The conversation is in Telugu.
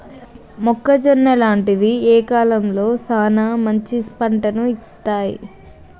మొక్కజొన్న లాంటివి ఏ కాలంలో సానా మంచి పంటను ఇత్తయ్?